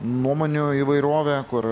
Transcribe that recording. nuomonių įvairovė kur